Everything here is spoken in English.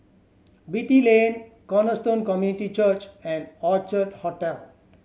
Beatty Lane Cornerstone Community Church and Orchard Hotel